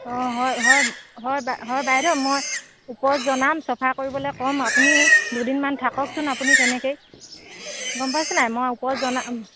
অঁ হয় হয় হয় হয় বাইদেউ মই ওপৰত জনাম চফা কৰিবলৈ ক'ম আপুনি দুদিনমান থাককচোন আপুনি তেনেকৈয়ে গম পাইছে নাই মই ওপৰত জনাম